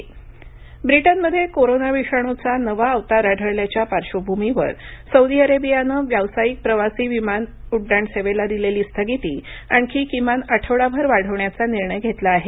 Saudi विमानसेवा ब्रिटनमध्ये corona विषाणूचा नवा अवतार आढळल्याच्या पार्श्र्वभूमीवर सौदी अरेबियानं व्यावसायिक प्रवासी विमान उड्डाण सेवेला दिलेली स्थगिती आणखी किमान आठवडाभर वाढवण्याचा निर्णय घेतला आहे